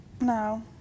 no